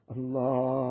Allah